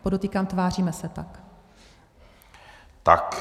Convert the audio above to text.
Podotýkám, tváříme se tak.